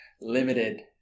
limited